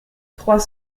trois